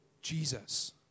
Jesus